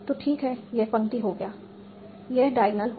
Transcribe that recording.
तो ठीक है यह पंक्ति हो गया यह डायग्नल हो गया